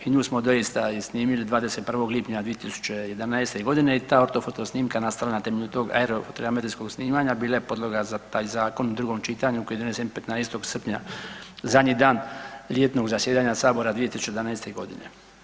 I nju smo doista i snimili 21. lipnja 2011. godine i ta ortofoto snimka nastala je na temelju tog aero … snimanja, bila je podloga za taj zakon u drugom čitanju koji je donesen 15. srpnja zadnji dan ljetnog zasjedanja Sabora 2011. godine.